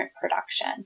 production